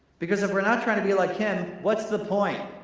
because if we're not trying to be like him, what's the point?